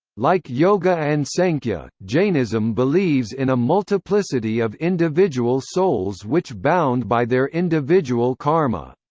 like yoga and sankhya, jainism believes in a multiplicity of individual souls which bound by their individual karma.